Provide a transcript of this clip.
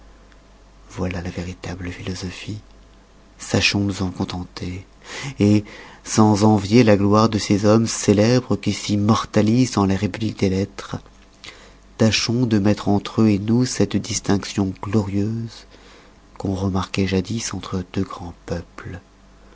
voilà la véritable philosophie sachons nous en contenter sans envier la gloire de ces hommes célèbres qui s'immortalisent dans la république des lettres tâchons de mettre entre eux nous cette distinction glorieuse qu'on remarquoit jadis entre deux grands peuples